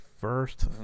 first